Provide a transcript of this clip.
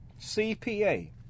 cpa